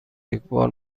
یکبار